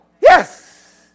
Yes